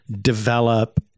develop